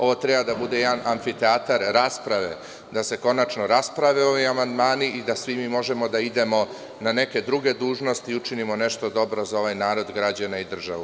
Ovo treba da bude jedan amfiteatar rasprave, da se konačno rasprave ovi amandmani i da svi mi možemo da idemo na neke druge dužnosti i da učinimo nešto dobro za ovaj narod, građane i državu.